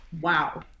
Wow